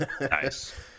Nice